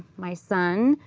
my son,